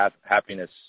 happiness